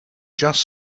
just